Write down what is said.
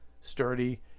sturdy